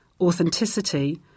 authenticity